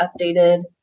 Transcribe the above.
updated